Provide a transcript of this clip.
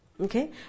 Okay